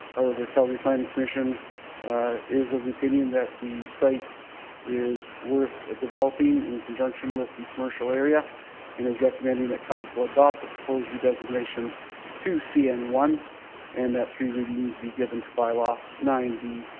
however, calgary planning commission is of the opinion that the site is worth ah developing in conjunction with the commercial area and is recommending that council adopt the proposed redesignation to cn one and that three readings be given to bylaw nine did.